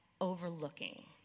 overlooking